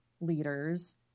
leaders